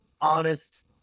honest